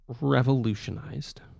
revolutionized